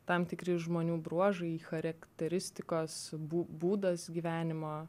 tam tikri žmonių bruožai charakteristikos būdas gyvenimo